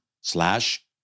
slash